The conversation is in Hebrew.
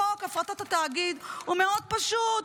חוק הפרטת התאגיד הוא מאוד פשוט,